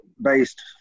based